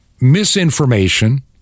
misinformation